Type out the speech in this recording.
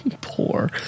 Poor